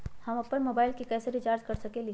हम अपन मोबाइल कैसे रिचार्ज कर सकेली?